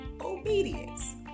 obedience